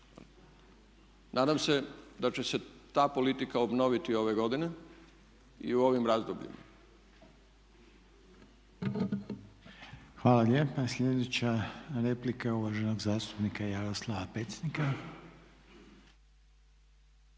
Nadam se da će se ta politika obnoviti ove godine i u ovim razdobljima. **Reiner, Željko (HDZ)** Hvala lijepa. Sljedeća replika je uvaženog zastupnika Jaroslava Pecnika.